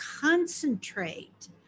concentrate